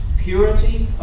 Purity